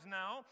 now